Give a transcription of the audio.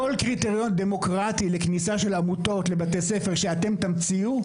כל קריטריון דמוקרטי לכניסה של עמותות לבתי ספר שאתם תמציאו,